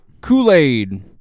Kool-Aid